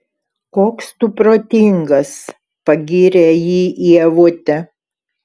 koks tu protingas pagyrė jį ievutė